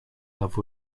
love